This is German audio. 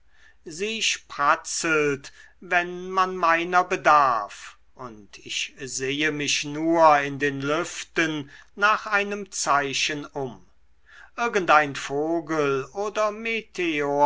sie spratzelt wenn man meiner bedarf und ich sehe mich nur in den lüften nach einem zeichen um irgendein vogel oder